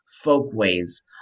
folkways